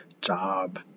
Job